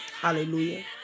Hallelujah